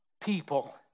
people